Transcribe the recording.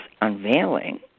unveiling